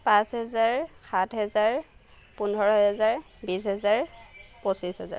পাঁচ হেজাৰ সাত হেজাৰ পোন্ধৰ হেজাৰ বিছ হেজাৰ পঁচিছ হেজাৰ